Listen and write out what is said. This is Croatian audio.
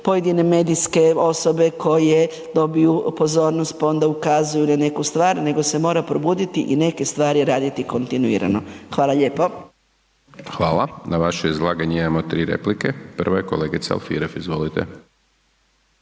pojedine medijske osobe koje dobiju pozornost pa onda ukazuju na neku stvar nego se mora probuditi i neke stvari raditi kontinuirano, hvala lijepo. **Hajdaš Dončić, Siniša (SDP)** Hvala. Na vaše izlaganje imamo 3 replike, prva je kolegica Alfirev, izvolite.